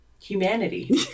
humanity